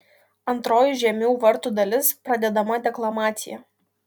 antroji žiemių vartų dalis pradedama deklamacija